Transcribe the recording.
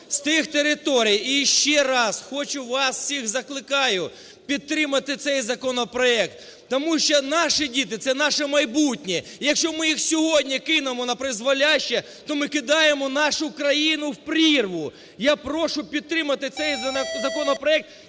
з тих територій. І іще раз хочу, вас всіх закликаю підтримати цей законопроект, тому що наші діти – це наше майбутнє. І, якщо ми їх сьогодні кинемо на призволяще, то ми кидаємо нашу країну в прірву. Я прошу підтримати цей законопроект